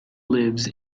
lives